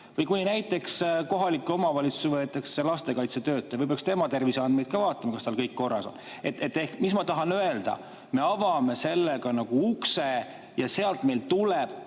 Või kui näiteks kohalikku omavalitsusse võetakse lastekaitsetöötaja, võib-olla peaks tema terviseandmeid ka vaatama, kas tal kõik korras on? Ma tahan öelda, et me avame sellega nagu ukse ja meil tuleb